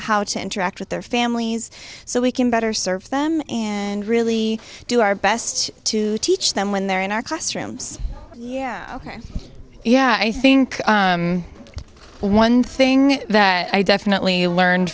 how to interact with their families so we can better serve them and really do our best to teach them when they're in our classrooms yeah yeah i think one thing that i definitely learned